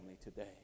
today